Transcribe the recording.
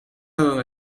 donde